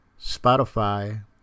Spotify